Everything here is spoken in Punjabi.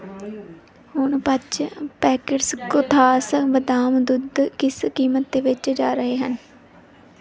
ਹੁਨ ਪੰਜ ਪੈਕਿਟਸ ਕੋਥਾਸ ਬਦਾਮ ਦੁੱਧ ਕਿਸ ਕੀਮਤ 'ਤੇ ਵੇਚੇ ਜਾ ਰਹੇ ਹਨ